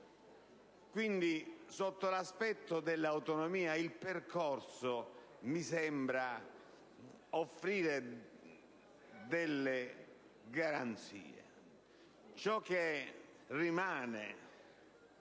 Pertanto, sotto l'aspetto dell'autonomia il percorso mi sembra offrire delle garanzie. Ciò che rimane,